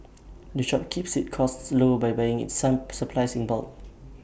the shop keeps its costs low by buying its some supplies in bulk